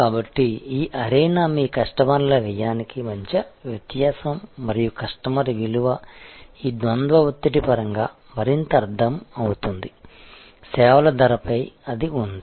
కాబట్టి ఈ అరేనా మీ కస్టమర్ల వ్యయానికి మధ్య వ్యత్యాసం మరియు కస్టమర్ విలువ ఈ ద్వంద్వ ఒత్తిడి పరంగా మరింత అర్థం అవుతుంది సేవల ధరపై అది ఉంది